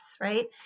right